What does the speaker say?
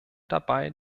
dabei